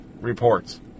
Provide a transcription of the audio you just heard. Reports